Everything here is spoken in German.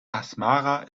asmara